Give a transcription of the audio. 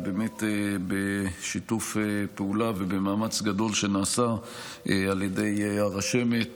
ובשיתוף פעולה ובמאמץ גדול שנעשה על ידי הרשמת